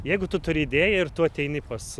jeigu tu turi idėją ir tu ateini pas